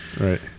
Right